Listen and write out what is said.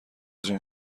جون